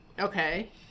Okay